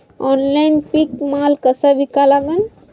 Online पीक माल कसा विका लागन?